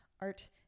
art